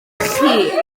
chi